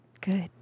Good